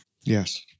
Yes